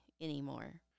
anymore